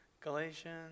Galatians